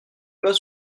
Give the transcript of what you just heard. pas